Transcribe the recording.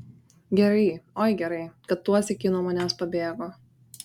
gerai oi gerai kad tuosyk ji nuo manęs pabėgo